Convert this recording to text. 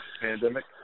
pandemic